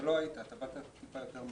אתה לא היית, באת קצת יותר מאוחר.